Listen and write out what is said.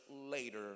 later